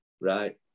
Right